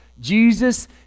Jesus